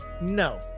no